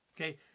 Okay